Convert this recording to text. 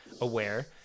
aware